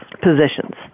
positions